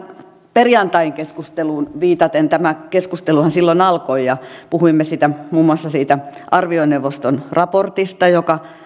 perjantain keskusteluun viitaten tämä keskusteluhan silloin alkoi ja puhuimme muun muassa siitä arvioneuvoston raportista joka